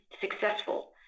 successful